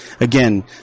Again